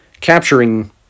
capturing